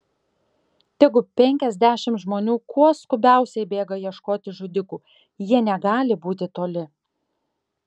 tegu penkiasdešimt žmonių kuo skubiausiai bėga ieškoti žudikų jie negali būti toli